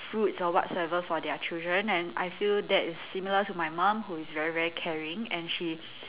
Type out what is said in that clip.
fruits or whatsoever for their children and I feel that is very similar to my mom who is very very caring and she